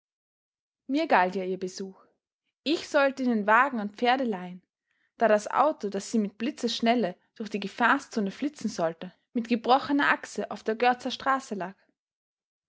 mir galt ja ihr besuch ich sollte ihnen wagen und pferde leihen da das auto das sie mit blitzesschnelle durch die gefahrzone flitzen sollte mit gebrochener achse auf der görzer straße lag